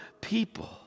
people